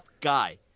guy